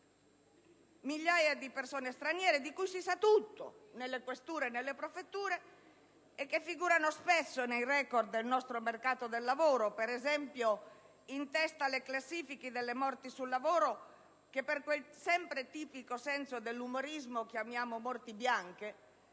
migliaia di persone straniere di cui si sa tutto nelle questure e nelle prefetture, e che figurano spesso nei record del nostro mercato del lavoro (per esempio, in testa alle classifiche delle morti sul lavoro che, sempre per quel tipico senso dell'umorismo, chiamiamo «morti bianche»